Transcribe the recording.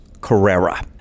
Carrera